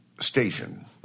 station